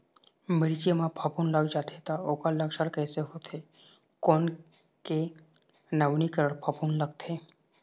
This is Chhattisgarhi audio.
मिर्ची मा फफूंद लग जाथे ता ओकर लक्षण कैसे होथे, कोन के नवीनीकरण फफूंद लगथे?